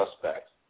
suspects